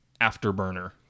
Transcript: Afterburner